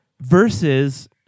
versus